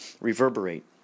reverberate